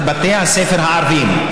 בתי הספר הערביים.